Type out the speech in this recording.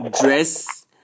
Dress